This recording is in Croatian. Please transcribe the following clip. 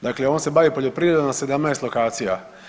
Dakle on se bavi poljoprivredom na 17 lokacija.